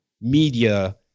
media